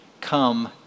come